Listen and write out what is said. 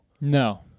No